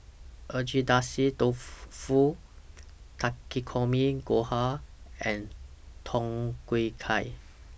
Agedashi Dofu Takikomi Gohan and Tom Kha Gai